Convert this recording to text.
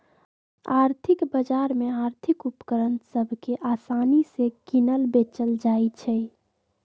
आर्थिक बजार में आर्थिक उपकरण सभ के असानि से किनल बेचल जाइ छइ